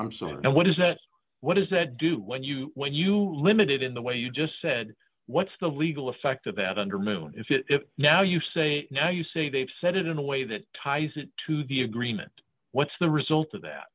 i'm so and what does that what does that do when you when you limited in the way you just said what's the legal effect of that under move if it if now you say now you say they've said it in a way that ties it to the agreement what's the result of that